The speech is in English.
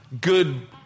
good